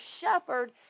shepherd